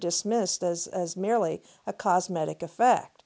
dismissed as as merely a cosmetic effect